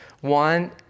one